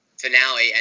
finale